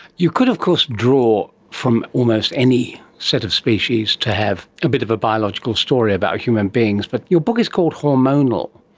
you could of course draw from almost any set of species to have a bit of a biological story about human beings, but your book is called hormonal,